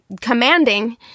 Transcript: commanding